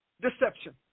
deception